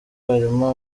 harimo